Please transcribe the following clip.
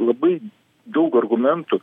labai daug argumentų